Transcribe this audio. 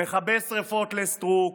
מכבה שרפות לסטרוק,